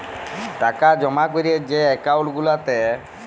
টাকা জমা ক্যরে যে একাউল্ট গুলাতে